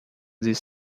these